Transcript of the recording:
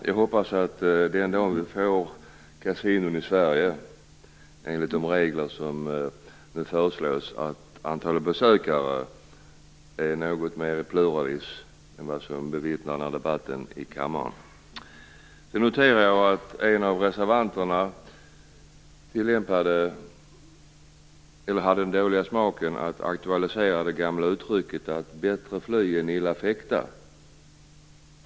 Fru talman! Den dag vi får kasinon i Sverige enligt de regler som föreslås hoppas jag att antalet besökare där är något fler än vid denna debatt i kammaren. Jag noterar att en av reservanterna hade den dåliga smaken att aktualisera det gamla uttrycket "bättre fly än illa fäkta".